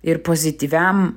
ir pozityviam